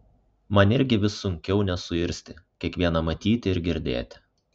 man irgi vis sunkiau nesuirzti kiekvieną matyti ir girdėti